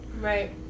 right